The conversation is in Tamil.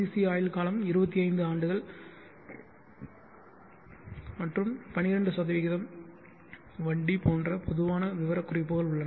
சி ஆயுள் காலம் 25 ஆண்டுகள் மற்றும் 12 வட்டி போன்ற பொதுவான விவரக்குறிப்புகள் உள்ளன